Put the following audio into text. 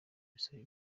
bisaba